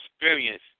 experience